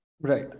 Right